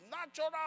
natural